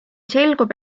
selgub